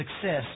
success